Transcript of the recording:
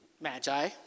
magi